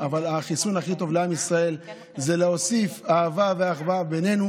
אבל החיסון הכי טוב לעם ישראל זה להוסיף אהבה ואחווה בינינו,